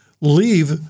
leave